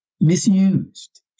misused